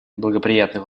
благоприятных